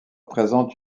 présente